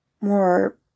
more